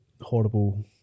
horrible